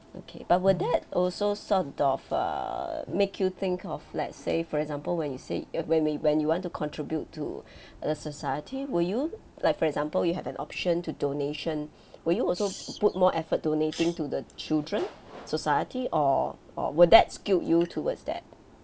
okay but will that also sort of err make you think of let's say for example when you say uh when when when you want to contribute to the society will you like for example you have an option to donation will you also put more effort donating to the children society or or will that skewed you towards that